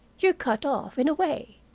you're cut off, in a way.